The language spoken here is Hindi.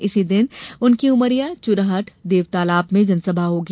इसी दिन उनकी उमरिया चुरहट देवतालाब में जनसभा होंगी